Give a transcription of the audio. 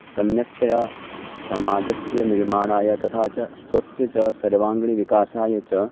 सम्यक्तया समाजस्य निर्माणाय तथा च स्वस्य च सर्वाङ्गिणिविकासाय च